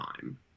time